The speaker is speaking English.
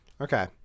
okay